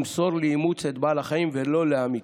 למסור לאימוץ את בעל החיים ולא להמיתו.